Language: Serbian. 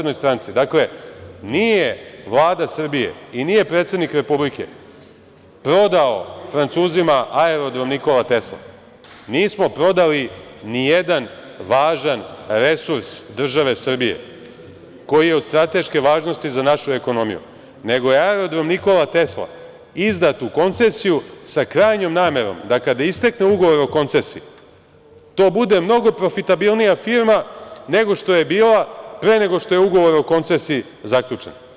Dakle, nije Vlada Srbije i nije predsednik Republike prodao Francuzima Aerodrom „Nikola Tesla“, nismo prodali nijedan važan resurs države Srbije koji je od strateške važnosti za našu ekonomiju, nego je Aerodrom „Nikola Tesla“ izdat u koncesiju sa krajnjom namerom da kada istekne ugovor o koncesiji, to bude mnogo profitabilnija firma nego što je bila pre nego što je ugovor o koncesiji zaključen.